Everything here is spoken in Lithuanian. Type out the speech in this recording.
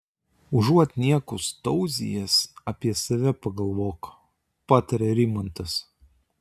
užuot niekus tauzijęs apie save pagalvok patarė rimantas